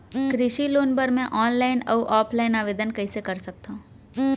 कृषि लोन बर मैं ऑनलाइन अऊ ऑफलाइन आवेदन कइसे कर सकथव?